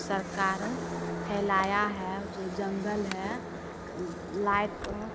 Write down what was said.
सरकार फैलाया है जो जंगल है लाइट